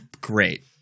Great